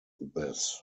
this